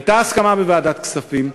הייתה הסכמה בוועדת הכספים,